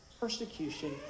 persecution